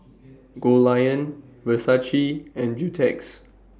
Goldlion Versace and Beautex